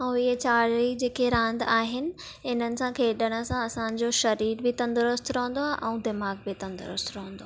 ऐं इहे चारई जेके रांध आहिनि इन्हनि सां खेॾण सां असां जो सरीर बि तंदुरुस्त रहुंदो आहे ऐं दिमाग़ु बि तंदुरुस्त रवंदो आहे